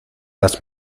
las